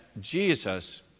Jesus